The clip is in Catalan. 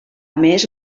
més